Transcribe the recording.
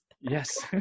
Yes